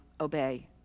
obey